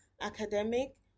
academic